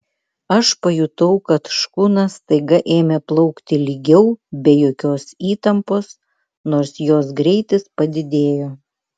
aš pajutau kad škuna staiga ėmė plaukti lygiau be jokios įtampos nors jos greitis padidėjo